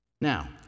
Now